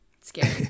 Scary